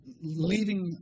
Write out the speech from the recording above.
leaving